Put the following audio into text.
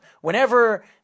whenever